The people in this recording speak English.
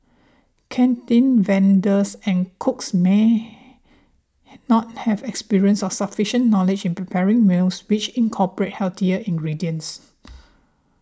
canteen vendors and cooks may not have experience or sufficient knowledge in preparing meals which incorporate healthier ingredients